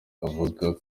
avuga